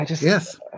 Yes